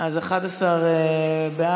אז 11 בעד,